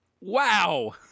Wow